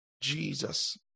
Jesus